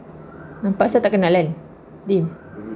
nampak sangat tak kenal kan din